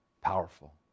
powerful